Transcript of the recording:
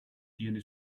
tiene